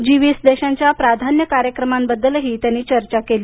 जी वीस देशांच्या प्राधान्य कार्यक्रमाबद्दल ही त्यांनी चर्चा केली